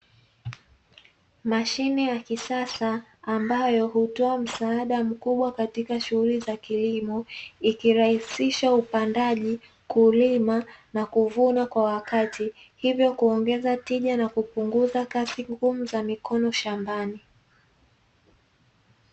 Mashine ya kisasa, ambayo hutoa msaada mkubwa katika shughuli za kilimo, ikirahisisha upandaji, kulima na kuvuna kwa wakati, hivyo kuongeza tija na kupunguza kazi ngumu za mikono shambani.